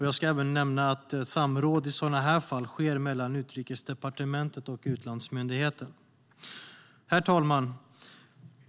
Jag ska även nämna att samråd i sådana här fall sker mellan Utrikesdepartementet och utlandsmyndigheten. Herr talman!